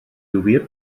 gywir